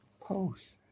Post